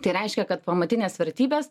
tai reiškia kad pamatinės vertybės